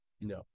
no